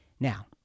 Now